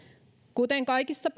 kuten kaikissa